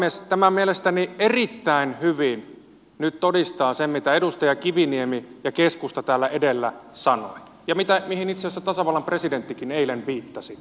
tämä mielestäni erittäin hyvin nyt todistaa sen mitä edustaja kiviniemi ja keskusta täällä edellä sanoivat ja mihin itse asiassa tasavallan presidenttikin eilen viittasi